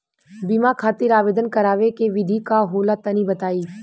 बीमा खातिर आवेदन करावे के विधि का होला तनि बताईं?